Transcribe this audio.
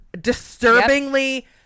disturbingly